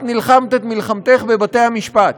את נלחמת את מלחמתך בבתי-המשפט,